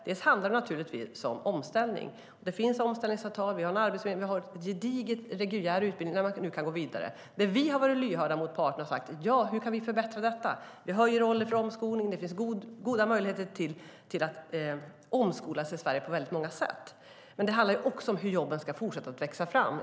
Det handlar naturligtvis om omställning. Vi har omställningsavtal, vi har en arbetsförmedling och vi har en gedigen reguljär utbildning där man nu kan gå vidare. Vi har dock varit lyhörda mot parterna och sagt: Hur kan vi förbättra detta? Vi har roller för omskolning, och det finns goda möjligheter att omskola sig på många sätt i Sverige. Det handlar dock även om hur jobben ska fortsätta växa fram.